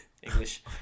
english